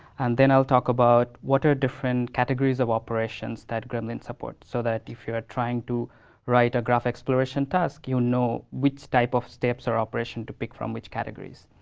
and then i'll talk about, what are different categories of operations that gremlin support. so that if you are trying to write a graph exploration task, you know which type of steps or operation to pick from, which categories.